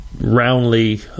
roundly